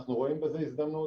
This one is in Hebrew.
אנחנו רואים בזה הזדמנות,